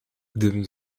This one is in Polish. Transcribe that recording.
gdybym